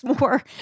more